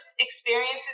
experiences